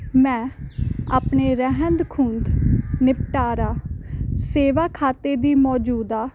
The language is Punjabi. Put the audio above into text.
ਮੈਂ ਆਪਣੇ ਰਹਿੰਦ ਖੂੰਹਦ ਨਿਪਟਾਰਾ ਸੇਵਾ ਖਾਤੇ ਦੀ ਮੌਜੂਦਾ